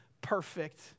perfect